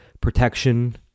protection